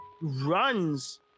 runs